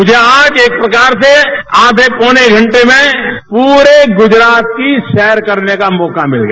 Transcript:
मुझे आज एक प्रकार से आधेपौने घंटे में पूरे गुजरात की सैर करने का मौका मिल गया